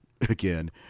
again